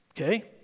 okay